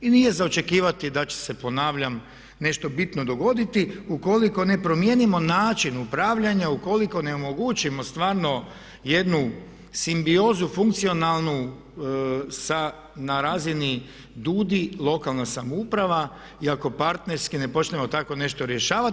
I nije za očekivati da će se ponavljam nešto bitno dogoditi ukoliko ne promijenimo način upravljanja, ukoliko ne omogućimo stvarno jednu simbiozu funkcionalnu na razini DUUDI - lokalna samouprava i ako partnerski ne počnemo tako nešto rješavati.